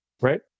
right